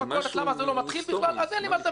למה זה לא מתחיל בכלל אז אין לי מה לדבר אתכם.